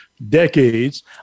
decades